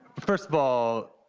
first of all,